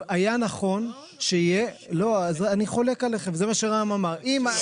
זה מה שרם אמר.